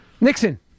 Nixon